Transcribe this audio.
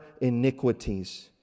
iniquities